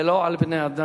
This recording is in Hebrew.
ולא על בני-אדם,